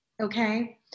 okay